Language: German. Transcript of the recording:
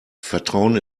vertrauen